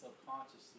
subconsciously